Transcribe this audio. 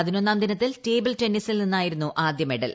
പതിനൊന്നാം ദിനത്തിൽ ടേബിൾ ടെന്നീസിൽ നിന്നായിരുന്നു ആദ്യമെഡൽ